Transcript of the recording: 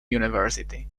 university